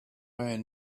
man